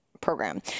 program